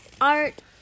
art